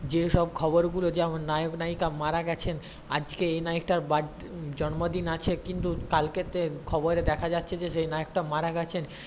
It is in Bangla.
যে সব খবরগুলো যেমন নায়ক নায়িকা মারা গেছেন আজকে এই নায়িকার জন্মদিন আছে কিন্তু কালকে খবরে দেখা যাচ্ছে যে সেই নায়কটা মারা গেছেন